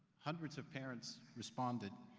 hundreds of parents responded.